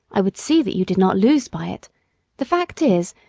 i would see that you did not lose by it the fact is,